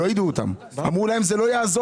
לא יידעו אותם, אמרו להם שזה לא יעזור.